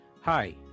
Hi